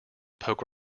poke